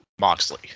Moxley